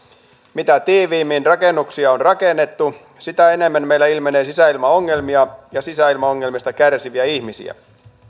mitä tiiviimmin rakennuksia on rakennettu sitä enemmän meillä ilmenee sisäilmaongelmia ja sisäongelmista kärsiviä ihmisiä